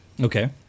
okay